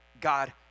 God